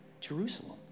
Jerusalem